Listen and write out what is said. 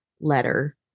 letter